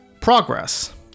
progress